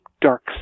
dark